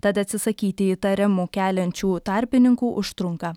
tad atsisakyti įtarimų keliančių tarpininkų užtrunka